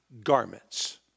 garments